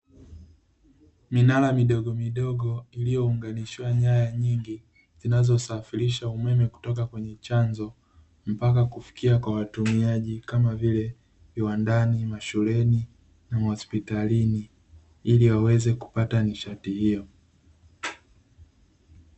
Minara midogomidogo iliyounganishiwa nyaya nyingi, zinazosafirisha umeme kutoka kwenye chanzo mpaka kufikia kwa watumiaji kama vile: viwandani, mashuleni, mahospitalini; ili waweze kupata nishati hiyo.